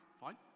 fine